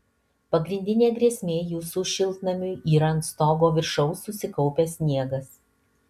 pagrindinė grėsmė jūsų šiltnamiui yra ant stogo viršaus susikaupęs sniegas